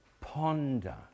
ponder